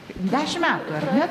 dešimt metų ar ne